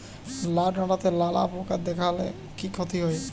লাউ ডাটাতে লালা পোকা দেখালে কি ক্ষতি হয়?